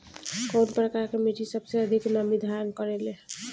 कउन प्रकार के मिट्टी सबसे अधिक नमी धारण करे ले?